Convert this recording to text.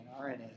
rna